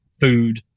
food